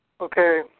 Okay